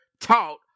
taught